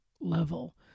level